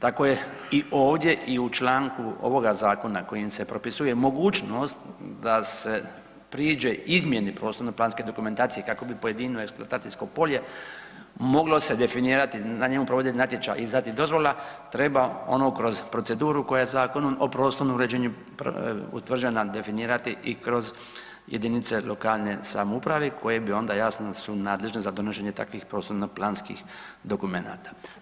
Tako je i ovdje u članku ovoga zakona kojim se propisuje mogućnost da se priđe izmjeni prostorno planske dokumentacije kako bi pojedino eksploatacijsko polje moglo se definirati, na njemu provode natječaji i izdati dozvola, treba ono kroz proceduru koja je Zakonom o prostornom uređenju utvrđena definirati i kroz jedinice lokalne samouprave koje bi onda jasno su nadležne za donošenje takvih prostorno planskih dokumenta.